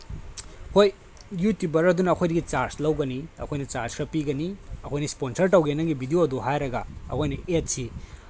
ꯍꯣꯏ ꯌꯨꯇꯨꯕꯔ ꯑꯗꯨꯅ ꯑꯩꯈꯣꯏꯗꯒꯤ ꯆꯥꯔꯖ ꯂꯧꯒꯅꯤ ꯑꯩꯈꯣꯏꯅ ꯆꯥꯔꯖ ꯈꯔ ꯄꯤꯒꯅꯤ ꯑꯩꯈꯣꯏꯅ ꯏꯁꯄꯣꯟꯁꯔ ꯇꯧꯒꯦ ꯅꯪꯒꯤ ꯚꯤꯗꯤꯑꯣꯗꯨ ꯍꯥꯏꯔꯒ ꯑꯩꯈꯣꯏꯅ ꯑꯦꯠꯁꯤ